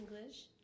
English